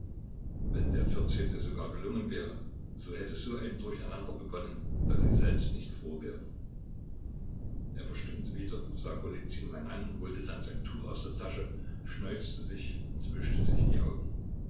wenn der vierzehnte sogar gelungen wäre so hätte so ein durcheinander begonnen daß sie selbst nicht froh wären er verstummte wieder sah golizyn lange an holte dann sein tuch aus der tasche schneuzte sich und wischte sich die augen